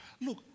Look